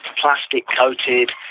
plastic-coated